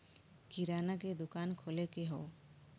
किराना के दुकान खोले के हौ